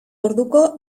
orduko